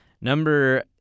Number